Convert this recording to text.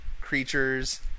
creatures